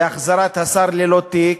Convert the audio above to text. ולהחזיר את השר ללא תיק: